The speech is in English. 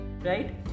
Right